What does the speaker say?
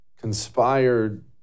conspired